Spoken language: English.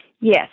Yes